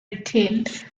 retained